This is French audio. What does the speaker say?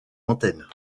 antennes